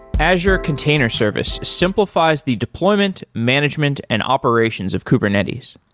azure container service simplifies the deployment, management and operations of kubernetes.